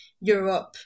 Europe